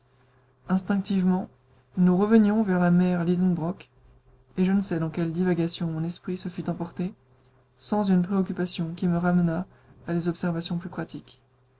instinctivement nous revenions vers la mer lidenbrock et je ne sais dans quelles divagations mon esprit se fût emporté sans une préoccupation qui me ramena à des observations plus pratiques